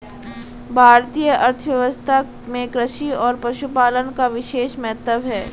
भारतीय अर्थव्यवस्था में कृषि और पशुपालन का विशेष महत्त्व है